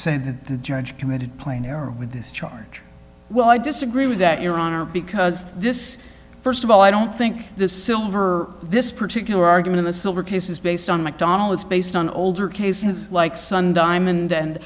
that the judge committed plain error with this charge well i disagree with that your honor because this first of all i don't think the silver this particular argument the silver case is based on mcdonald's based on older cases like sun diamond and